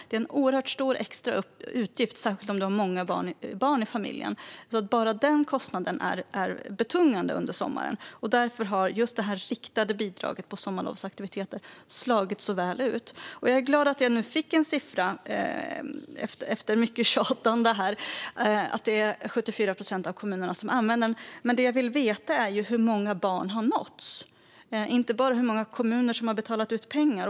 Det är en oerhört stor extra utgift, särskilt om det finns många barn i familjen. Bara den kostnaden är betungande under sommaren. Därför har det riktade bidraget på sommarlovsaktiviteter slagit så väl ut. Jag är glad att jag nu, efter mycket tjatande, fått en siffra, nämligen att 74 procent av kommunerna använder fritidspengen. Men jag vill veta hur många barn som har nåtts, inte bara hur många kommuner som har betalat ut pengar.